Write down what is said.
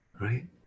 right